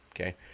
Okay